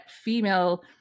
female